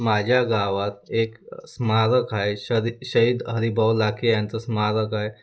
माझ्या गावात एक स्मारक आहे शरी शहीद हरिभाऊ लाखे यांचं स्मारक आहे